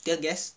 tear gas